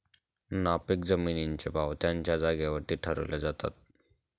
नापीक जमिनींचे भाव त्यांच्या जागेवरती ठरवले जातात